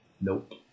Nope